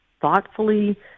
thoughtfully